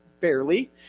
barely